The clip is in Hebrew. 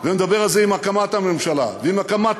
ומדבר על זה עם הקמת הממשלה ועם הקמת